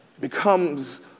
becomes